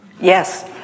Yes